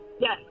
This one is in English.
yes